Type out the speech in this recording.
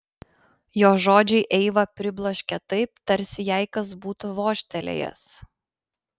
jo žodžiai eivą pribloškė taip tarsi jai kas būtų vožtelėjęs